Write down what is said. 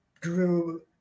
drew